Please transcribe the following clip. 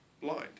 blind